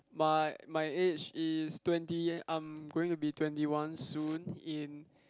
my my age is twenty I'm going to be twenty one soon in